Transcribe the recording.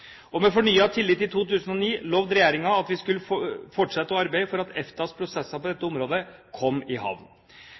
Og med fornyet tillit i 2009 lovet regjeringen at den skulle fortsette å arbeide for at EFTAs prosesser på dette området kom i havn.